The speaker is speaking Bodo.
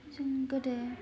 जों गोदो